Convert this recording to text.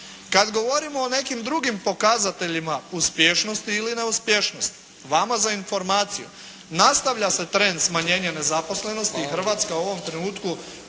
Kad govorimo o nekim drugim pokazateljima uspješnosti ili neuspješnosti. Vama za informaciju, nastavlja se trend smanjenja nezaposlenosti i Hrvatska u ovom trenutku